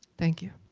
thank you.